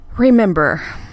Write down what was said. Remember